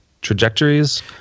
trajectories